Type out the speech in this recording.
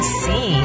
see